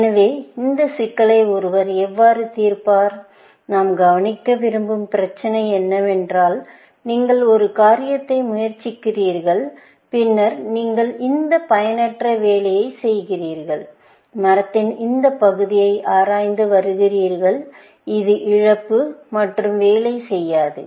எனவே இந்தச் சிக்கலை ஒருவர் எவ்வாறு தீர்ப்பார் நாம் கவனிக்க விரும்பும் பிரச்சினை என்னவென்றால் நீங்கள் ஒரு காரியத்தை முயற்சித்தீர்கள் பின்னர் நீங்கள் இந்த பயனற்ற வேலையை செய்கிறீர்கள் மரத்தின் இந்த பகுதியை ஆராய்ந்து வருகிறீர்கள் இது இழப்பு மற்றும் வேலை செய்யாது